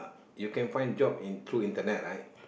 you can find job in through internet right